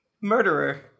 murderer